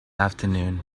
afternoon